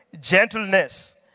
gentleness